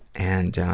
and, ah,